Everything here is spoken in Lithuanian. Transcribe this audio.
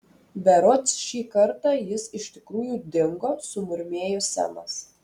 berods šį kartą jis iš tikrųjų dingo sumurmėjo semas